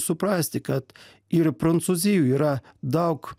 suprasti kad ir prancūzijoj yra daug